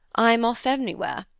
i'm off anywhere,